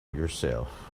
yourself